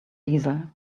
diesel